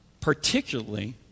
particularly